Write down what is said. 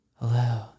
Hello